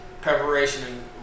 preparation